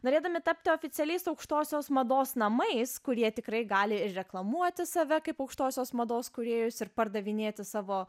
norėdami tapti oficialiais aukštosios mados namais kurie tikrai gali ir reklamuoti save kaip aukštosios mados kūrėjus ir pardavinėti savo